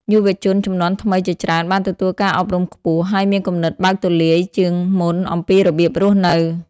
យុវជនជំនាន់ថ្មីជាច្រើនបានទទួលការអប់រំខ្ពស់ ហើយមានគំនិតបើកទូលាយជាងមុនអំពីរបៀបរស់នៅ។